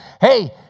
hey